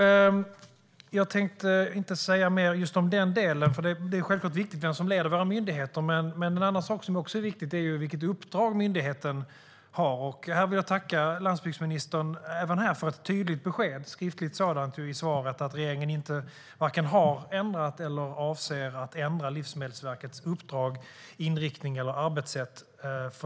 Jag tänkte inte säga något mer om den delen. Det är självklart viktigt vilka som leder våra myndigheter. Men en annan sak som också är viktig är vilket uppdrag myndigheten har. Även här vill jag tacka landsbygdsministern för ett tydligt besked i hans interpellationssvar, nämligen att regeringen inte har ändrat eller avser att ändra Livsmedelsverkets uppdrag, inriktning eller arbetssätt.